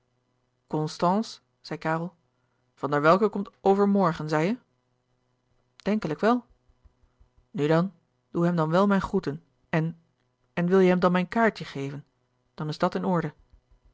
van der welcke komt overmorgen zei je denkelijk wel louis couperus de boeken der kleine zielen nu dan doe hem dan wel mijn groeten en en wil je hem dan mijn kaartje geven dan is dat in orde